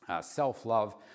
self-love